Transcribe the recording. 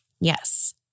Yes